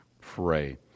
pray